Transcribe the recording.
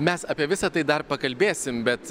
mes apie visa tai dar pakalbėsim bet